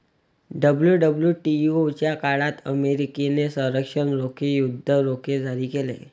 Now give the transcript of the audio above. WWTO च्या काळात अमेरिकेने संरक्षण रोखे, युद्ध रोखे जारी केले